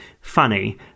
funny